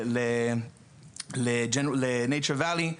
נייצ'ר ואלי,